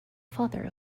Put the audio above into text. father